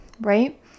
right